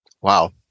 Wow